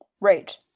Right